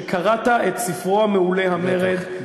שקראת את ספרו המעולה "המרד" בטח.